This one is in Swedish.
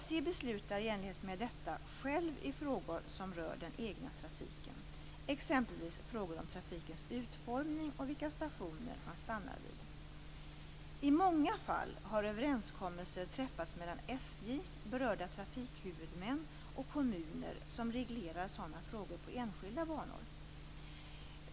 SJ beslutar i enlighet med detta självt i frågor som rör den egna trafiken, exempelvis frågor om trafikens utformning och vilka stationer man stannar vid. I många fall har överenskommelser träffats mellan SJ, berörda trafikhuvudmän och kommuner som reglerar sådana frågor på enskilda banor.